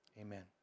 amen